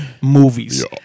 movies